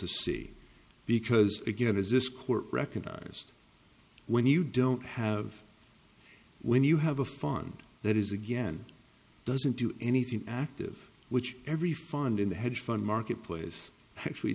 to see because again as this court recognized when you don't have when you have a fund that is again doesn't do anything active which every fund in the hedge fund marketplace actually